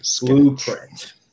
blueprint